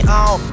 on